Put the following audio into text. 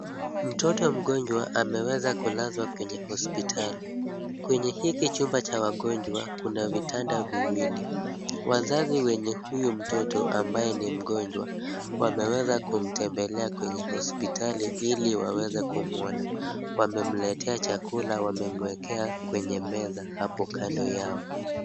Mtoto mgonjwa ameweza kulazwa kwenye hospitali. Kwenye hiki chumba cha wagonjwa kuna vitanda viwili. Wazazi wenye huyu mtoto ambaye ni mgonjwa wameweza kumtembelea kwenye hospitali ili waweze kumuona, wamemletea chakula, wamemwekea kwenye meza hapo kando yao.